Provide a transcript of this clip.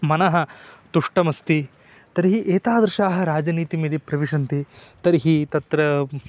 मनः तुष्टमस्ति तर्हि एतादृशाः राजनीतिं यदि प्रविशन्ति तर्हि तत्र